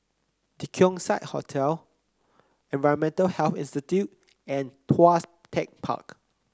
The Keong Saik Hotel Environmental Health Institute and Tuas Tech Park